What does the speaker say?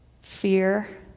fear